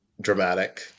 dramatic